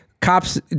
Cops